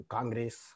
Congress